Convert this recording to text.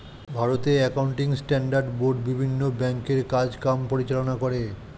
ভারতে accounting standard board বিভিন্ন ব্যাংকের কাজ কাম পরিচালনা করে